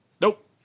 nope